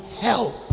help